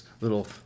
little